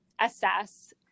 assess